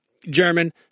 German